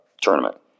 tournament